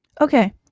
okay